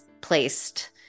placed